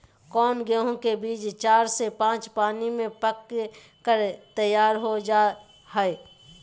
कौन गेंहू के बीज चार से पाँच पानी में पक कर तैयार हो जा हाय?